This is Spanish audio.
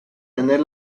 tener